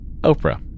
Oprah